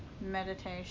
meditation